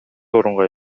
орунга